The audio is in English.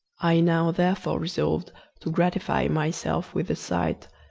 i now therefore resolved to gratify myself with the sight,